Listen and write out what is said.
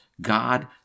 God